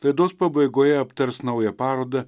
laidos pabaigoje aptars naują parodą